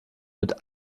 mit